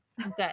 good